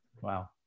Wow